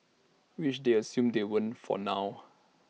which they assume they won't for now